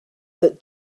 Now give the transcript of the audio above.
that